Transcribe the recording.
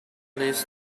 this